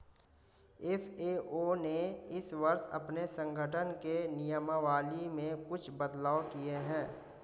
FAO ने इस वर्ष अपने संगठन के नियमावली में कुछ बदलाव किए हैं